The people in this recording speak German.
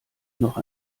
noch